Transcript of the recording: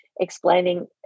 explaining